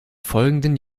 folgenden